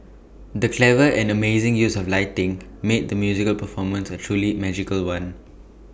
the clever and amazing use of lighting made the musical performance A truly magical one